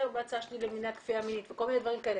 בהצעה שלי למניעת כפייה מינית וכל מיני דברים כאלה,